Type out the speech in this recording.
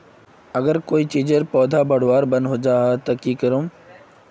अगर कोई चीजेर पौधा बढ़वार बन है जहा ते की करूम?